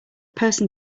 person